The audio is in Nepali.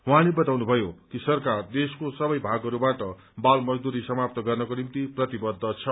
उहाँले बताउनुभयो कि सरकार देशको सबै भागहरूबाट बाल मजदूरी समाप्त गर्नको निम्ति प्रतिबद्ध छ